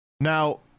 Now